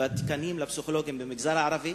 בתקנים לפסיכולוגים במגזר הערבי?